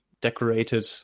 decorated